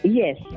Yes